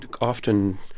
often